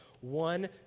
one